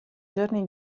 giorni